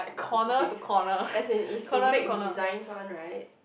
specific as in is to make designs one right